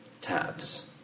tabs